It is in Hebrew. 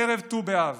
ערב ט"ו באב,